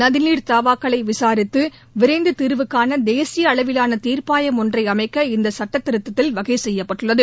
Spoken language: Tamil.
நதிநீர் தாவாக்களை விசாரித்து விரைந்து தீர்வுகாண தேசிய அளவிலான தீர்ப்பாயம் ஒன்றை அமைக்க இந்த சுட்டத்திருத்தத்தில் வகை செய்யப்பட்டுள்ளது